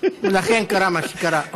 ולכן קרה מה שקרה.